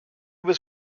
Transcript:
was